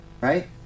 right